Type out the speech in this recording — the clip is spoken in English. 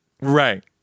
Right